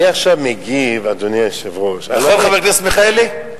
אני עכשיו מגיב, נכון, חבר הכנסת מיכאלי?